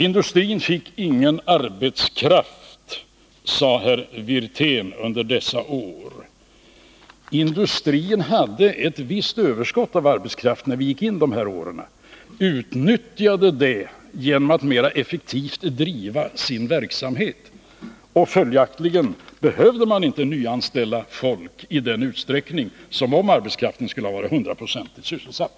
Industrin fick ingen arbetskraft under dessa år, sade herr Wirtén. Industrin hade ett visst överskott på arbetskraft när vi gick in i de här åren och utnyttjade det genom att driva sin verksamhet mer effektivt. Följaktligen behövde man inte nyanställa folk i samma utsträckning som om arbetskraften skulle ha varit hundraprocentigt sysselsatt.